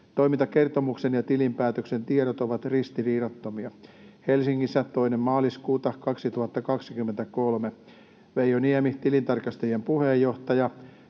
Toimintakertomuksen ja tilinpäätöksen tiedot ovat ristiriidattomia. Helsingissä 2. maaliskuuta 2023. Veijo Niemi, tilintarkastajien puheenjohtaja;